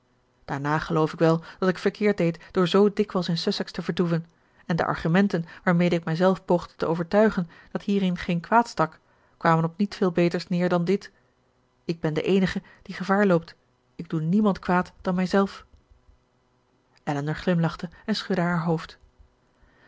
daarna geloof ik wel dat ik verkeerd deed door zoo dikwijls in sussex te vertoeven en de argumenten waarmede ik mijzelf poogde te overtuigen dat hierin geen kwaad stak kwamen op niet veel beters neer dan dit ik ben de eenige die gevaar loopt ik doe niemand kwaad dan mijzelf elinor glimlachte en schudde haar hoofd